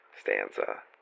stanza